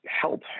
help